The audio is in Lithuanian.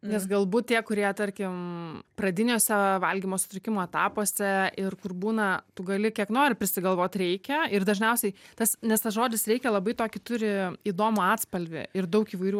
nes galbūt tie kurie tarkim pradiniuose valgymo sutrikimo etapuose ir kur būna tu gali kiek nori prisigalvot reikia ir dažniausiai tas nes tas žodis reikia labai tokį turi įdomų atspalvį ir daug įvairių